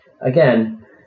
again